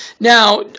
Now